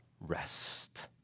rest